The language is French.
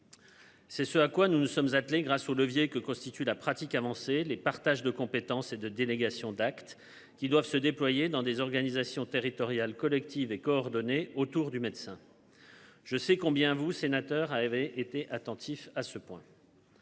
C'est ce à quoi nous nous sommes attelés grâce au levier que constitue la pratique avancée les partages de compétences et de délégation d'actes qui doivent se déployer dans des organisations territoriales collective et coordonnée autour du médecin. Je sais combien vous sénateur avait été attentif à ce point.